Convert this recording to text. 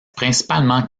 principalement